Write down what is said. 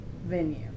venue